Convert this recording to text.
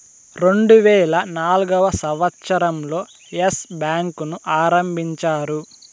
రెండువేల నాల్గవ సంవచ్చరం లో ఎస్ బ్యాంకు ను ఆరంభించారు